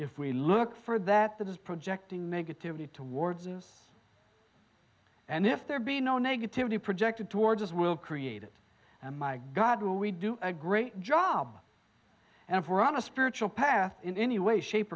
if we look for that that is projecting negativity towards us and if there be no negativity projected towards us we'll create it and my god will we do a great job and if we're on a spiritual path in any way shape